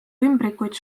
ümbrikuid